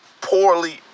poorly